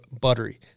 buttery